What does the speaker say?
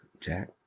Jack